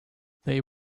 they